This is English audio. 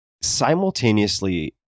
simultaneously